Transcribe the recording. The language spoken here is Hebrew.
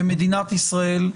במדינת ישראל,